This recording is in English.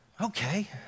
Okay